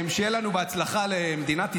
שיהיו לנו בהצלחה, למדינת ישראל,